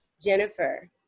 Jennifer